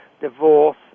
divorce